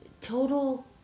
total